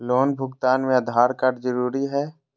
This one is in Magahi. लोन भुगतान में आधार कार्ड जरूरी है?